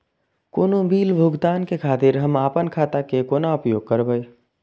कोनो बील भुगतान के खातिर हम आपन खाता के कोना उपयोग करबै?